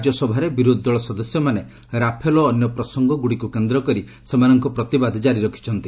ରାଜ୍ୟସଭାରେ ବିରୋଧୀ ଦଳ ସଦସ୍ୟମାନେ ରାଫେଲ ଓ ଅନ୍ୟ ପ୍ରସଙ୍ଗଗୁଡ଼ିକୁ କେନ୍ଦ୍ର କରି ସେମାନଙ୍କର ପ୍ରତିବାଦ କାରି ରଖିଥିଲେ